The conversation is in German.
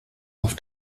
auf